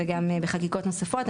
וגם בחקיקות נוספות.